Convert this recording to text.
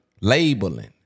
labeling